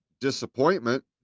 disappointment